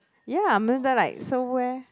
ya like so where